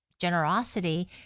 generosity